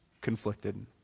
conflicted